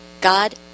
God